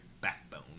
backbone